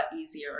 easier